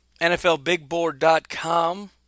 NFLBigBoard.com